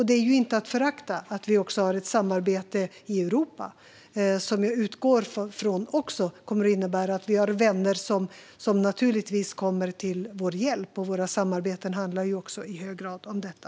Det är inte att förakta att vi också har ett samarbete i Europa, som jag utgår från kommer att innebära att vi också har vänner som kommer till vår hjälp. Våra samarbeten handlar också i hög grad om detta.